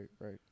right